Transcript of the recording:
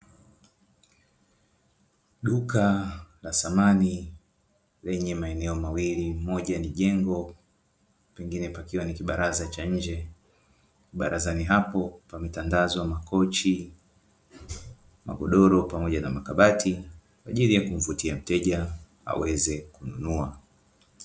Duka la samani lenye maeneo mawili; moja ni jengo pengine pakiwa ni kibaraza cha nje. Barazani hapo pametandazwa makochi, magodoro pamoja na makabati, kwa ajili ya kumvutia mteja aweze kununua.